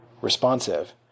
responsive